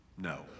No